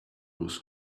was